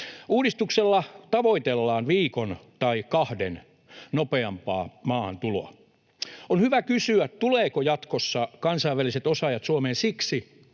Uudistuksella tavoitellaan viikon tai kahden nopeampaa maahantuloa. On hyvä kysyä: tulevatko jatkossa kansainväliset osaajat Suomeen siksi,